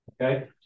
Okay